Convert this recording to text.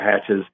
hatches